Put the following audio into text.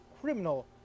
criminal